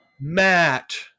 Matt